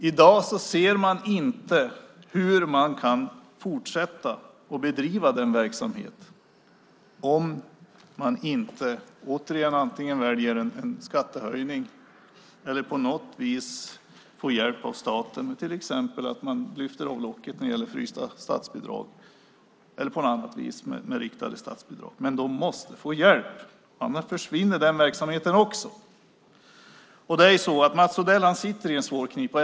I dag ser man inte hur man kan fortsätta att bedriva den verksamheten om man inte återigen antingen väljer en skattehöjning eller får hjälp av staten, till exempel att locket för frysta statsbidrag eller andra riktade statsbidrag lyfts. Men man måste få hjälp, annars försvinner den verksamheten också. Mats Odell sitter i en svår knipa.